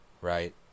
right